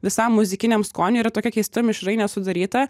visam muzikiniam skoniui yra tokia keista mišrainė sudaryta